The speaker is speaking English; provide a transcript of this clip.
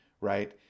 Right